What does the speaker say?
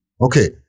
Okay